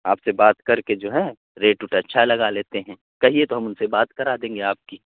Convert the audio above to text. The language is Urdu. آپ سے بات کر کے جو ہے ریٹ اوٹ اچھا لگا لیتے ہیں کہیے تو ہم ان سے بات کرا دیں گے آپ کی